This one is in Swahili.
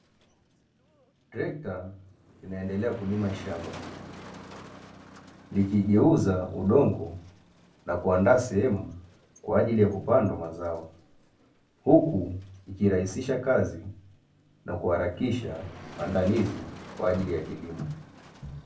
Trekta linaendelea kulima shamba, likigeuza udongo na kuandaa sehemu kwa ajili ya kupandwa mazao huku ikirahisha kazi na kuharakisha maandalizi kwa ajili ya kilimo.